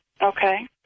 Okay